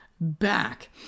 back